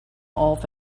off